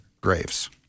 graves